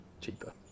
cheaper